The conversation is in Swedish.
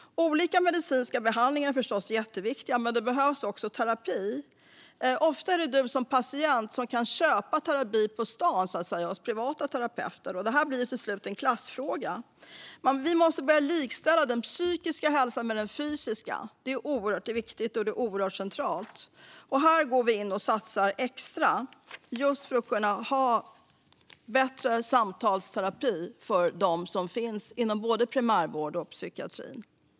Olika medicinska behandlingar är förstås jätteviktiga, men det behövs också terapi. Ofta får du som patient köpa terapi på stan, hos privata terapeuter. Detta blir till slut en klassfråga. Vi måste börja likställa den psykiska hälsan med den fysiska; det är oerhört viktigt och centralt. Här går vi in och satsar extra, just för att kunna erbjuda bättre samtalsterapi för dem som finns inom både primärvården och psykiatrin.